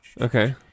Okay